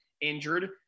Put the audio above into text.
injured